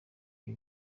ibi